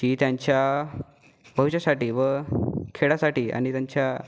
जे त्यांच्या भविष्यासाठी व खेळासाठी आणि त्यांच्या